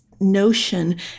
notion